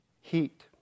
heat